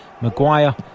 Maguire